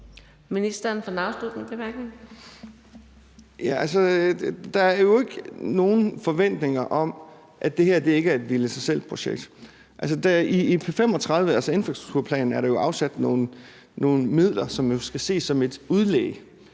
Der er jo ikke nogen forventninger om, at det her ikke er et hvile i sig selv-projekt. I infrastrukturplanen for 2035 er der afsat nogle midler, som skal ses som et udlæg,